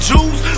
Jews